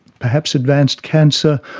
perhaps advanced cancer,